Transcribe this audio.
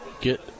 Get